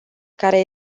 care